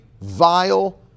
vile